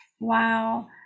Wow